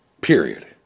Period